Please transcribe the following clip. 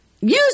Use